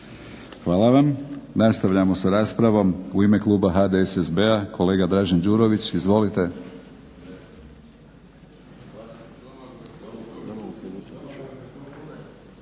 Hvala vam. Nastavljamo s raspravom. U ime kluba HDSSB-a kolega Dražen Đurović. Izvolite.